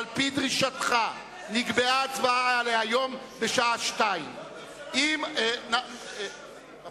על-פי דרישתך נקבעה הצבעה להיום בשעה 14:00. רבותי,